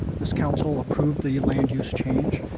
this council approved the land use change,